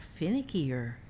finickier